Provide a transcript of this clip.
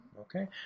Okay